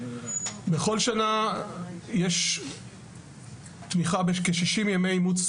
בכל שנה יש תמיכה בכ-60 ימי אימוץ